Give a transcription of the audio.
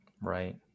right